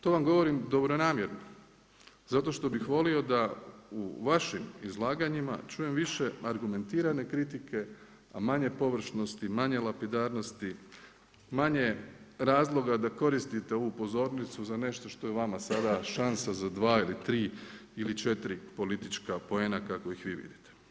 To vam govorim dobronamjerno zato što bih volio da u vašim izlaganjima čujem više argumentirane kritike, a manje površnosti, manje lapidarnosti, manje razloga da koristite ovu pozornicu za nešto što je vama sada šansa za dva ili tri ili četiri politička poena kakve ih vi vidite.